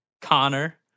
Connor